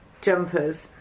jumpers